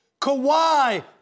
Kawhi